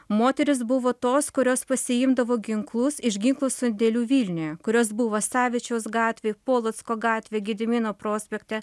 moterys buvo tos kurios pasiimdavo ginklus iš ginklų sandėlių vilniuje kurios buvo savičiaus gatvėj polocko gatvėj gedimino prospekte